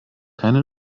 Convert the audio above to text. keine